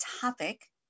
topic